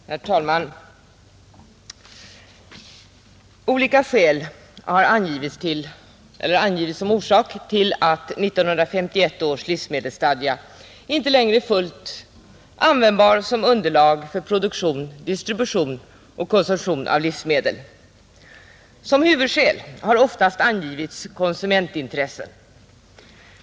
Herr talman! Olika skäl har angivits som orsak till att 1951 års livsmedelsstadga inte längre är fullt användbar som underlag för produktion, distribution och konsumtion av livsmedel. Som huvudskäl har oftast angivits konsumentintressen.